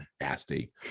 Nasty